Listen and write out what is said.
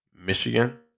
Michigan